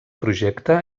projecte